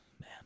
man